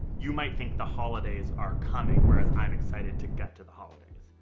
you might think the holidays are coming, whereas i'm excited to get to the holidays.